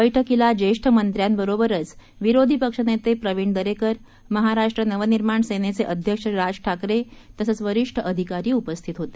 बैठकीला ज्येष्ठ मंत्र्यांबरोबरच विरोधी पक्ष नेते प्रविण दरेकर महाराष्ट्र नव निर्माण सेनेचे अध्यक्ष राज ठाकरे तसंच वरीष्ठ अधिकारी उपस्थित होते